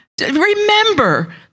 Remember